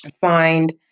find